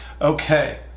okay